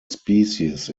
species